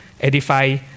edify